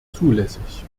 zulässig